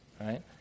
Right